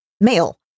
male